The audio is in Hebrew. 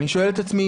אני שואל את עצמי,